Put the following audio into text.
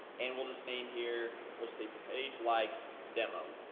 and will this name here will say page likes demo,